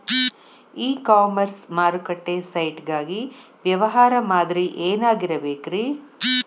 E commerce ಮಾರುಕಟ್ಟೆ site ಗಾಗಿ ವ್ಯವಹಾರ ಮಾದರಿ ಏನಾಗಿರಬೇಕ್ರಿ?